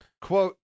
quote